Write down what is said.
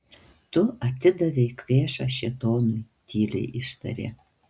tu atidavei kvėšą šėtonui tyliai ištarė